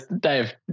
Dave